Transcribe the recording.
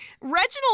Reginald